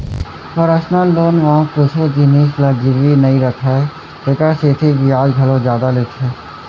personal loan म कुछु जिनिस ल गिरवी नइ राखय तेकर सेती बियाज घलौ जादा लेथे